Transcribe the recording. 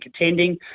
attending